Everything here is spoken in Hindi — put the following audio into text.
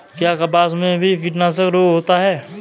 क्या कपास में भी कीटनाशक रोग होता है?